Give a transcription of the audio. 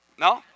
No